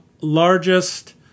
largest